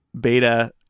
beta